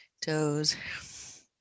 toes